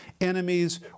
enemies